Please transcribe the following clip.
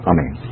Amen